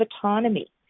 autonomy